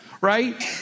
right